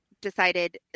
decided